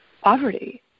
poverty